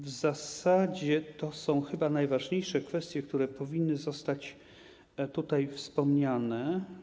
W zasadzie to są chyba najważniejsze kwestie, które powinny zostać wspomniane.